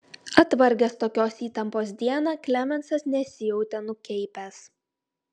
atvargęs tokios įtampos dieną klemensas nesijautė nukeipęs